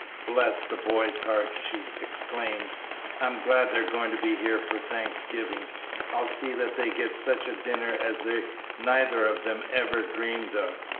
bless the boy's heart! she exclaimed i'm glad they're going to be here for thanksgiving i'll see that they get such a dinner as they neither of them ever dreamed of!